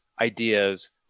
ideas